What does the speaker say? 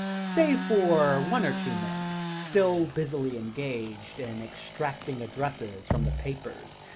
save for one or two men still busily engaged in extracting addresses from the papers,